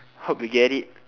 hope you get it